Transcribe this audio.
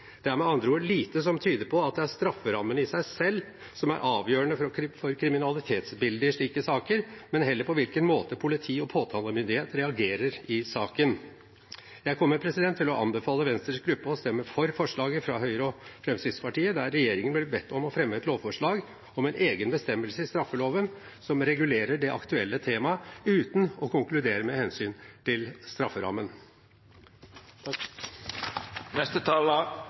Det er med andre ord lite som tyder på at det er strafferammene i seg selv som er avgjørende for kriminalitetsbildet i slike saker, men heller på hvilken måte politi og påtalemyndighet reagerer i saken. Jeg kommer til å anbefale Venstres gruppe å stemme for forslaget fra Høyre og Fremskrittspartiet, der regjeringen blir bedt om å fremme et lovforslag om en egen bestemmelse i straffeloven som regulerer det aktuelle temaet, uten å konkludere med hensyn til strafferammen.